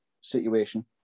situation